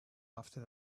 after